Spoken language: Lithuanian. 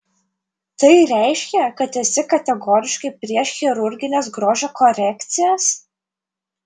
tai reiškia kad esi kategoriškai prieš chirurgines grožio korekcijas